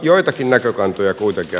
joitakin näkökantoja kuitenkin